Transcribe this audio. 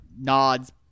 nods